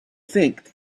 think